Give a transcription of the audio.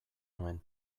nuen